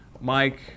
Mike